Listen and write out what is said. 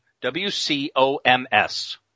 W-C-O-M-S